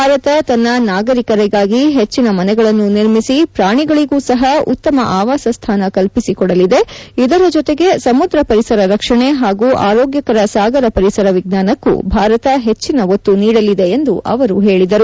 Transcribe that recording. ಭಾರತ ತನ್ನ ನಾಗರಿಕರಿಗಾಗಿ ಹೆಚ್ಚನ ಮನೆಗಳನ್ನು ನಿರ್ಮಿಸಿ ಪ್ರಾಣಿಗಳಿಗೂ ಸಹ ಉತ್ತಮ ಆವಾಸಸ್ಥಾನ ಕಲ್ಪಿಸಿಕೊಡಲಿದೆ ಇದರ ಜೊತೆಗೆ ಸಮುದ್ರ ಪರಿಸರ ರಕ್ಷಣೆ ಹಾಗೂ ಆರೊಗ್ಯಕರ ಸಾಗರ ಪರಿಸರ ವಿಜ್ಞಾನಕ್ಕೂ ಭಾರತ ಹೆಚ್ಚನ ಒತ್ತು ನೀಡಲಿದೆ ಎಂದು ಅವರು ಹೇಳಿದರು